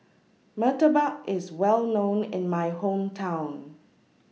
Murtabak IS Well known in My Hometown